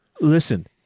Listen